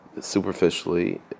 superficially